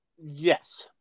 yes